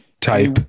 type